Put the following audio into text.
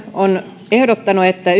on ehdottanut että